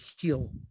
heal